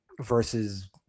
versus